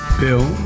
bill